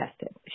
tested